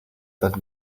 that